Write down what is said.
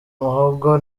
muhogo